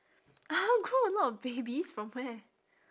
!huh! grow a lot of babies from where